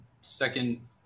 second